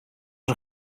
een